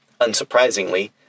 unsurprisingly